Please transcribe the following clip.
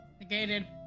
Negated